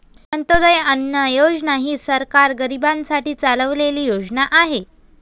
अंत्योदय अन्न योजना ही सरकार गरीबांसाठी चालवलेली योजना आहे